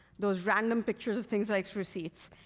those random pictures of things like receipts,